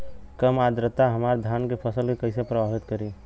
कम आद्रता हमार धान के फसल के कइसे प्रभावित करी?